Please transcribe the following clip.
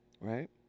right